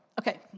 okay